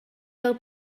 del